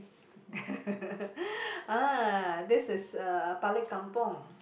ah this is uh balik kampung